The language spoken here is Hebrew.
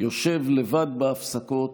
יושב לבד בהפסקות